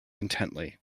intently